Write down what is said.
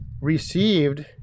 received